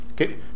Okay